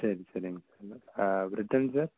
சரிங் சரிங் return sir